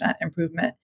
improvement